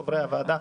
חברי הוועדה,